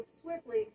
swiftly